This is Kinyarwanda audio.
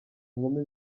inkumi